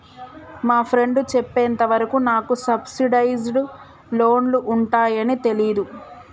మా ఫ్రెండు చెప్పేంత వరకు నాకు సబ్సిడైజ్డ్ లోన్లు ఉంటయ్యని తెలీదు